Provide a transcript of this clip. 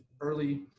early